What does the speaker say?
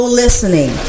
listening